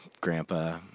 grandpa